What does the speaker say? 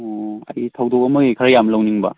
ꯑꯣ ꯑꯩꯁꯤ ꯊꯧꯗꯣꯛ ꯑꯃꯒꯤ ꯈꯔ ꯌꯥꯝ ꯂꯧꯅꯤꯡꯕ